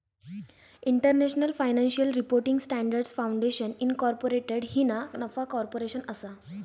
international financial reporting standards foundation incorporated ही ना नफा कॉर्पोरेशन असा